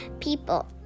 people